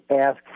ask